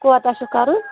کوٗتاہ چھُکھ کَرُن